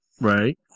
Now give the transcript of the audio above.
right